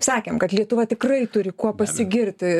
sakėm kad lietuva tikrai turi kuo pasigirti